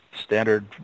standard